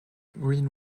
green